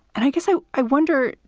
and i guess i i wonder,